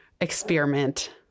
experiment